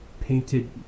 painted